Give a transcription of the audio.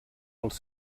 pels